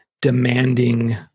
demanding